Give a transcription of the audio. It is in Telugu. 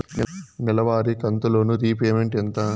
నెలవారి కంతు లోను రీపేమెంట్ ఎంత?